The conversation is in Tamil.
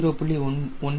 9 1